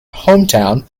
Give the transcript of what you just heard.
hometown